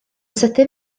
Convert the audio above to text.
sydyn